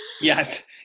Yes